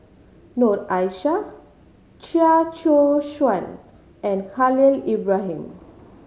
Noor Aishah Chia Choo Suan and Khalil Ibrahim